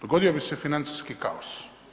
Dogodio bi se financijski kaos.